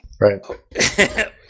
Right